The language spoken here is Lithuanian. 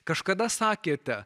kažkada sakėte